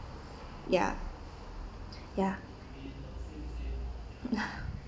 ya ya